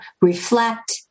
reflect